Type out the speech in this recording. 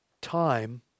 time